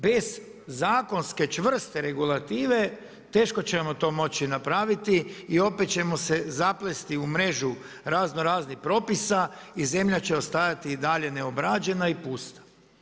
Bez zakonske čvrste regulative, teško ćemo to moći napraviti i opet ćemo se zaplesti u mrežu razno raznih propisa i zemlja će ostajati i dalje neobrađena i pusta.